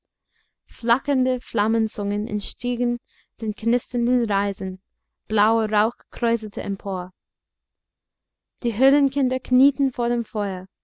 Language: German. flackernde flammenzungen entstiegen den knisternden reisern blauer rauch kräuselte empor die höhlenkinder knieten vor dem feuer